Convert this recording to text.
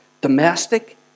domestic